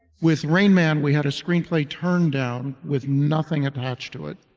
with rain man, we had a screenplay turned down with nothing attached to it.